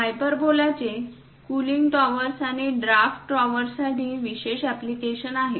हायपरबोलाचे cooling towers आणि draft टॉवर्ससाठी विशेष एप्लीकेशन आहेत